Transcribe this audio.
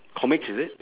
comics is it